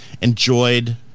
enjoyed